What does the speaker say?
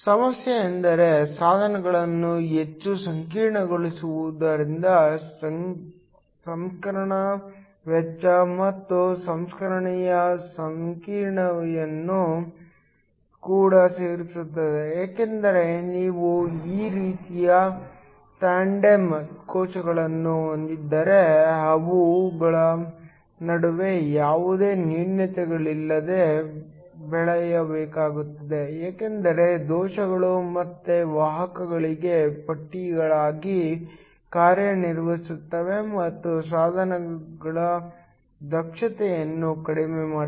ಸಮಸ್ಯೆಯೆಂದರೆ ಸಾಧನಗಳನ್ನು ಹೆಚ್ಚು ಸಂಕೀರ್ಣಗೊಳಿಸುವುದರಿಂದ ಸಂಸ್ಕರಣಾ ವೆಚ್ಚ ಮತ್ತು ಸಂಸ್ಕರಣೆಯ ಸಂಕೀರ್ಣತೆಯನ್ನು ಕೂಡ ಸೇರಿಸುತ್ತದೆ ಏಕೆಂದರೆ ನೀವು ಈ ರೀತಿಯ ಟಂಡೆಮ್ ಕೋಶಗಳನ್ನು ಹೊಂದಿದ್ದರೆ ಅವುಗಳ ನಡುವೆ ಯಾವುದೇ ನ್ಯೂನತೆಗಳಿಲ್ಲದೆ ಬೆಳೆಯಬೇಕಾಗುತ್ತದೆ ಏಕೆಂದರೆ ದೋಷಗಳು ಮತ್ತೆ ವಾಹಕಗಳಿಗೆ ಪಟ್ಟಿಗಳಾಗಿ ಕಾರ್ಯನಿರ್ವಹಿಸುತ್ತವೆ ಮತ್ತು ಸಾಧನದ ದಕ್ಷತೆಯನ್ನು ಕಡಿಮೆ ಮಾಡುತ್ತದೆ